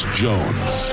jones